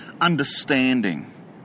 understanding